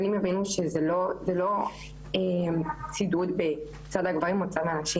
בנים יבינו שזה לא צידוד בצד הגברים או הנשים,